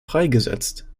freigesetzt